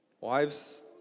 Wives